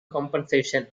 compensation